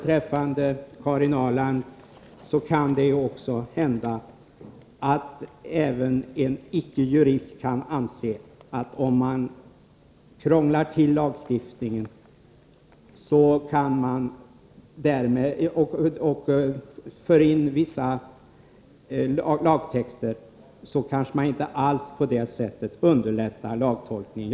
Till Karin Ahrland: Det kan ju också hända att även en icke-jurist kan anse att man kanske inte underlättar lagtolkningen om man krånglar till lagstiftningen genom att föra in vissa lagtexter.